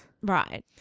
Right